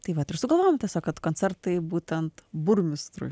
tai vat ir sugalvojom tiesiog kad koncertai būtent burmistrui